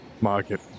market